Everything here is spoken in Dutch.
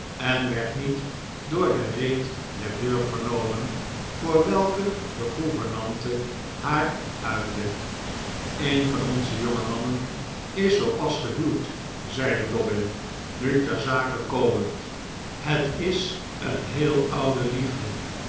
en werd niet door de reet der deur vernomen voor welke de gouvernante haar uitte een van onze jonge mannen is zoo pas gehuwd zeide dobbin nu ter zake komend het is een heel oude liefde